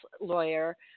lawyer